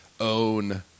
own